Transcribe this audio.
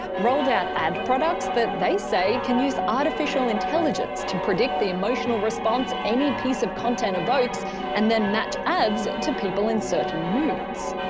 rolled out ad products that they say can use artificial intelligence to predict the emotional response any piece of content evokes and then match ads to people in certain moods.